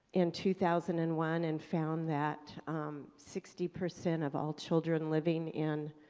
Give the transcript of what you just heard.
in two thousand and one and found that sixty percent of all children living in